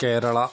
Kerala